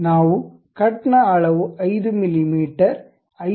ನಾವು ಕಟ್ ನ ಆಳವು 5 ಮಿಮೀ 5